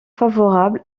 favorable